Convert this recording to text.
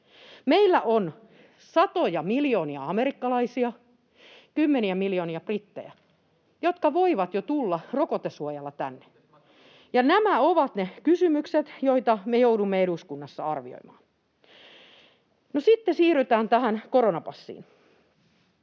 Meillä on satoja miljoonia amerikkalaisia, kymmeniä miljoonia brittejä, jotka voivat jo tulla rokotesuojalla tänne. Ja nämä ovat ne kysymykset, joita me joudumme eduskunnassa arvioimaan. No, sitten siirrytään tähän koronapassiin.